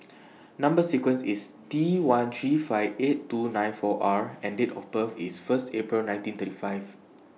Number sequence IS T one three five eight two nine four R and Date of birth IS First April nineteen thirty five